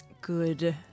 good